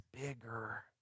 bigger